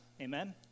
Amen